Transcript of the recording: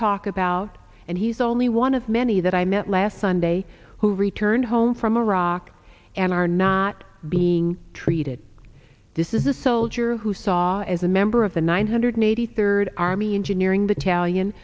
talk about and he's only one of many that i met last sunday who returned home from iraq and are not being treated this is a soldier who saw it as a member of the one hundred eighty third army engineering battalion